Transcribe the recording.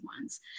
ones